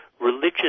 religious